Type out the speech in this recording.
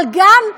אבל גם,